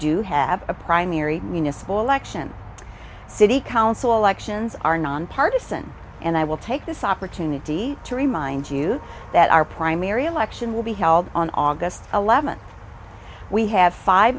do have a primary election city council elections are nonpartizan and i will take this opportunity to remind you that our primary election will be held on august eleventh we have five